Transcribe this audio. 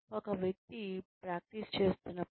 ఒక వ్యక్తి ప్రాక్టీస్ చేస్తున్నప్పుడు